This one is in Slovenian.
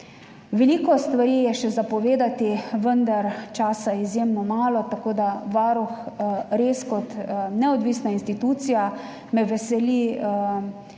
Veliko stvari je še povedati, vendar je časa izjemno malo. Varuh, kot neodvisna institucija me veseli,